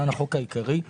ביטול פרק י'),